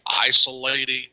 isolating